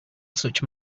such